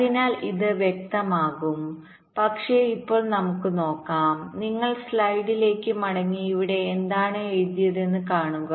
അതിനാൽ ഇത് വ്യക്തമാകും പക്ഷേ ഇപ്പോൾ നമുക്ക് നോക്കാം നിങ്ങൾ സ്ലൈഡിലേക്ക് മടങ്ങി ഇവിടെ എന്താണ് എഴുതിയതെന്ന് കാണുക